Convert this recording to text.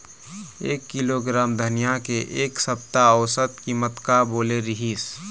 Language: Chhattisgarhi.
एक किलोग्राम धनिया के एक सप्ता औसत कीमत का बोले रीहिस?